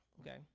Okay